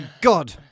God